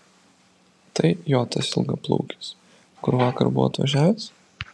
tai jo tas ilgaplaukis kur vakar buvo atvažiavęs